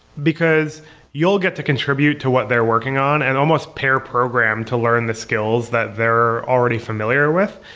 because you'll get to contribute to what they're working on and almost pair program to learn the skills that they're already familiar with.